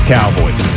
Cowboys